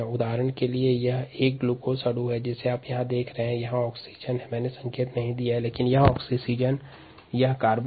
उदाहरण के लिए एक ग्लूकोज अणु में छः ऑक्सीजन बारह हाइड्रोजन और छः कार्बन होते है